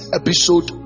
episode